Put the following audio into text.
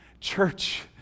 Church